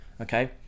okay